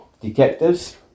detectives